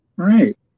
right